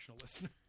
listener